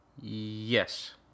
Yes